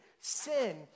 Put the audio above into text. sin